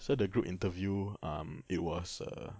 so the group interview um it was err